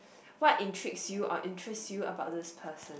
what intrigue you or interest you about this person